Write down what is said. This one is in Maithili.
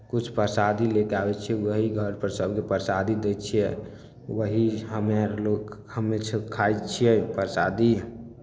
किछु प्रसादी लऽ कऽ आबै छियै वही घरपर सभकेँ प्रसादी दै छियै वही हमे आर लोक हमेसभ खाइ छियै प्रसादी